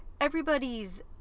everybody's